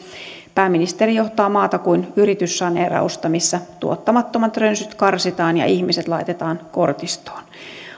pääministeri johtaa maata kuin yrityssaneerausta missä tuottamattomat rönsyt karsitaan ja ihmiset laitetaan kortistoon